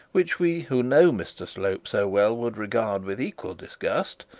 which we who know mr slope so well would regard with equal disgust,